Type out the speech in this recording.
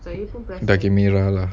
daging merah lah